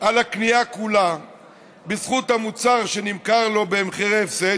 על הקנייה כולה בזכות המוצר שנמכר לו במחיר הפסד,